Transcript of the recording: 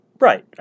Right